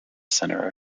center